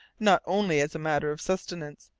not only as a matter of sustenance,